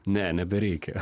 ne nebereikia